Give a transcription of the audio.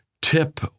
tip